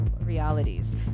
realities